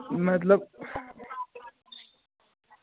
मतलब